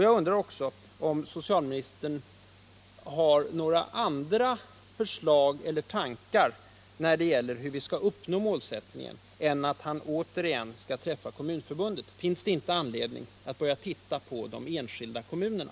Jag undrar också om socialministern har några andra förslag eller tankar när det gäller hur vi skall förverkliga målsättningen än att han återigen skall träffa Kommunförbundet. Finns det inte anledning att börja titta på de enskilda kommunerna?